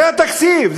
זה התקציב.